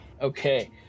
Okay